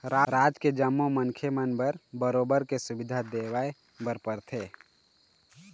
राज के जम्मो मनखे मन बर बरोबर के सुबिधा देवाय बर परथे